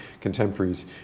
contemporaries